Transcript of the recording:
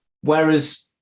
Whereas